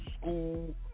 school